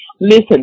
Listen